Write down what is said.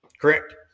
correct